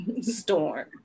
storm